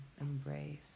embrace